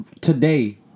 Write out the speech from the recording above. today